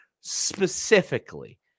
specifically